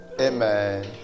Amen